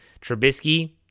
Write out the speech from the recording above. Trubisky